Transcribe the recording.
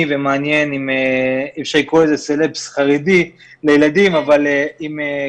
ומעניין עם אם אפשר לקרוא לזה סלבס חרדיים לילדים שהילדים